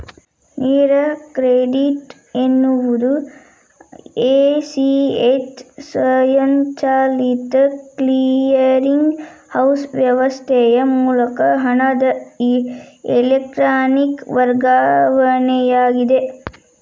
ನೇರ ಕ್ರೆಡಿಟ್ ಎನ್ನುವುದು A, C, H ಸ್ವಯಂಚಾಲಿತ ಕ್ಲಿಯರಿಂಗ್ ಹೌಸ್ ವ್ಯವಸ್ಥೆಯ ಮೂಲಕ ಹಣದ ಎಲೆಕ್ಟ್ರಾನಿಕ್ ವರ್ಗಾವಣೆಯಾಗಿದೆ